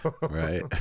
Right